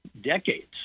decades